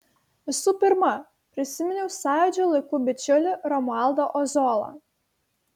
visų pirma prisiminiau sąjūdžio laikų bičiulį romualdą ozolą